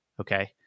okay